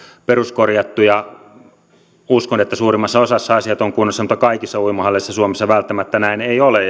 peruskorjattuja uimahalleja uskon että suurimmassa osassa asiat ovat kunnossa mutta kaikissa uimahalleissa suomessa välttämättä näin ei ole